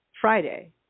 Friday